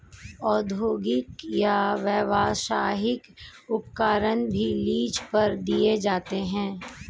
औद्योगिक या व्यावसायिक उपकरण भी लीज पर दिए जाते है